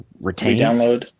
retain